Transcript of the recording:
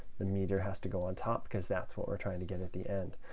the meter has to go on top, because that's what we're trying to get at the end.